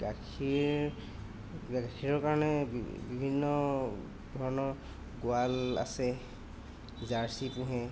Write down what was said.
গাখীৰ গাখীৰৰ কাৰণে বি বিভিন্ন ধৰণৰ গোৱাল আছে জাৰ্চি পোহে